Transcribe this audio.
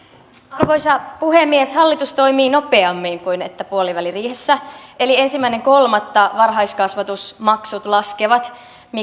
arvoisa puhemies hallitus toimii nopeammin kuin että puoliväliriihessä eli ensimmäinen kolmatta varhaiskasvatusmaksut laskevat